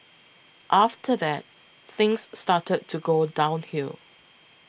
after that things started to go downhill